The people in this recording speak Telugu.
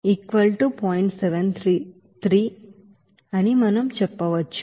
267 అని మనం చెప్పవచ్చు